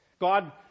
God